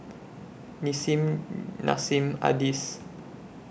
Nissim Nassim Adis